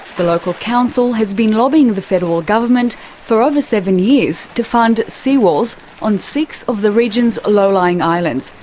the local council has been lobbying the federal government for over seven years to fund seawalls on six of the region's low-lying islands,